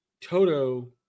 Toto